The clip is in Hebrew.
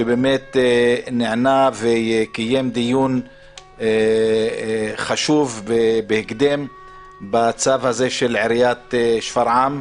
שנענה וקיים דיון חשוב בהקדם בצו הזה של עיריית שפרעם,